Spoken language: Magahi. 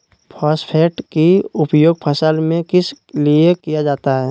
फॉस्फेट की उपयोग फसल में किस लिए किया जाता है?